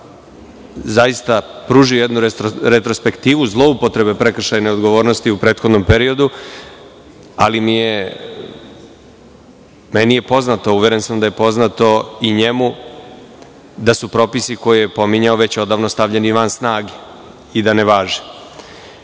zaista pružio jednu retrospektivu zloupotrebe prekršajne odgovornosti u prethodnom periodu, ali mi je poznato, uveren sam da je poznato i njemu da su propisi koje je pominjao već odavno stavljeni van snage i da ne važe. Što